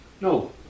No